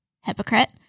hypocrite